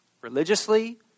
Religiously